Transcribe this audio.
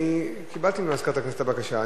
אני קיבלתי ממזכירת הכנסת את הבקשה.